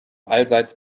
allseits